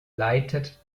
leitet